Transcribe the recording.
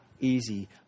easy